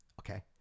okay